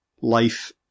life